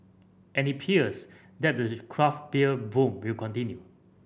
and it appears that the craft beer boom will continue